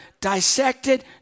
dissected